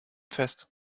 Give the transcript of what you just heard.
fest